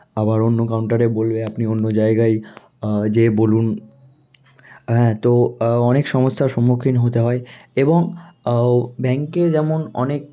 আবার অন্য কাউন্টারে বলবে আপনি অন্য জায়গায় যেয়ে বলুন তো অনেক সমস্যার সম্মুখীন হতে হয় এবং ব্যাংকে যেমন অনেক